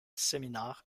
seminar